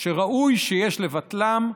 שראוי שיש לבטלן,